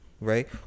right